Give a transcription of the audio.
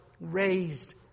raised